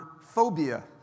Phobia